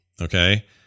okay